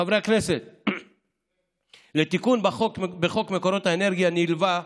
חברי הכנסת, לתיקון בחוק מקורות אנרגיה נלווה,